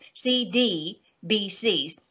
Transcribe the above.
CDBCs